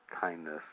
Kindness